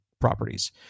properties